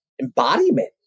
embodiment